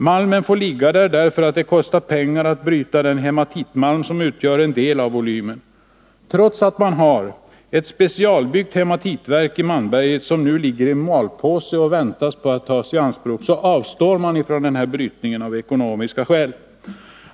Malmen får ligga därför att det kostar pengar att bryta den hematitmalm som utgör en del av volymen. Trots att man har ett specialbyggt hematitverk i Malmberget, som nu ligger i malpåse och väntar på att tas i bruk, avstår man av ekonomiska skäl från brytningen.